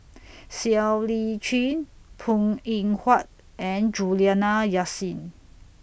Siow Lee Chin Png Eng Huat and Juliana Yasin